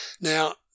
Now